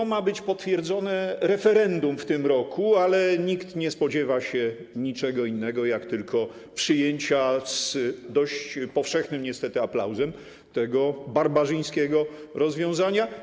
To ma być potwierdzone referendum w tym roku, ale nikt nie spodziewa się niczego innego, jak tylko przyjęcia z dość powszechnym niestety aplauzem tego barbarzyńskiego rozwiązania.